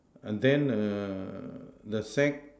and then err the sack